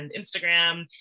Instagram